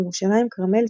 ירושלים כרמל,